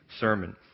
sermon